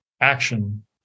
action